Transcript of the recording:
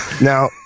Now